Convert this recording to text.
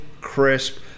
crisp